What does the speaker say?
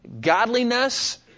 godliness